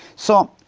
so,